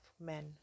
men